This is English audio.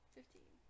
Fifteen